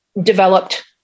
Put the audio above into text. developed